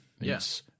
yes